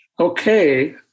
Okay